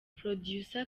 producer